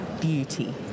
beauty